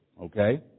okay